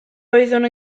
oeddwn